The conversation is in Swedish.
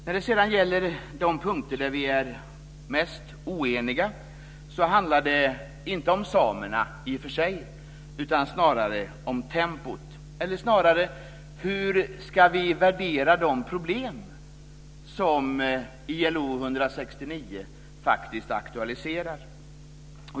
När det sedan gäller de punkter där vi är mest oeniga handlar det inte om samerna i och för sig utan om tempot - eller snarare: Hur ska vi värdera de problem som ILO 169 faktiskt aktualiserar?